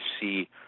see